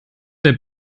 der